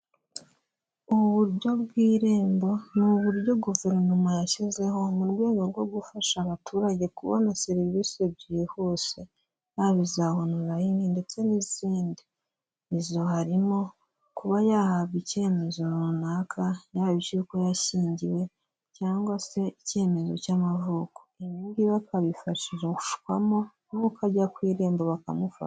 Ubu buryo bw'Irembo ni uburyo guverinoma yashyizeho mu rwego rwo gufasha abaturage kubona serivisi byihuse, yaba iza onurayini ndetse n'izindi muri zo harimo kuba yahabwa icyemezo runaka, yaba icy'uko yashyingiwe cyangwa se icyemezo cy'amavuko, ibi ngi bi akabifashishwamo nuko ajya ku Irembo bakamufasha.